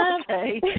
Okay